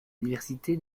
diversité